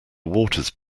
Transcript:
waters